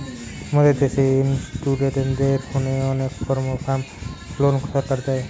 মোদের দ্যাশে ইস্টুডেন্টদের হোনে অনেক কর্মকার লোন সরকার দেয়